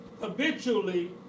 habitually